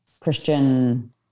christian